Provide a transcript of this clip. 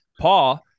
Paul